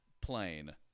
plane